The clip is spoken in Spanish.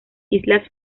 islas